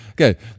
Okay